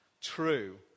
true